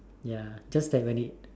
ya just that when it's